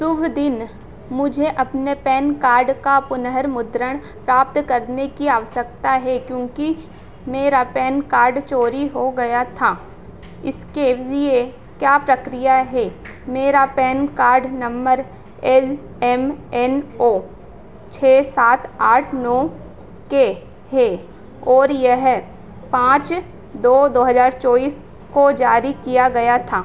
शुभ दिन मुझे अपने पैन कार्ड का पुनर्मुद्रण प्राप्त करने की अवस्यकता है क्योंकि मेरा पैन कार्ड चोरी हो गया था इसके लिए क्या प्रक्रिया है मेरा PAN card number L M N O छः सात आठ नो के है और यह पाँच दो दो हज़ार चौबीस को जारी किया गया था